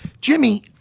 Jimmy